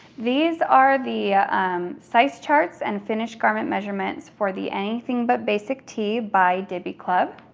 these are the um size charts and finished garment measurements for the anything but basic tee by diby club.